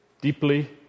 deeply